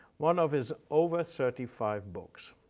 one of his over thirty five books.